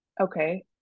okay